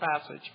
passage